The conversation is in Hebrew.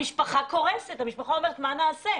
המשפחה קורסת ולא יודעת מה לעשות.